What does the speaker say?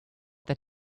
that